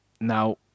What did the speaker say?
Now